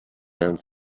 and